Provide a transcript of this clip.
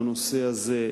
בנושא הזה,